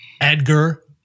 Edgar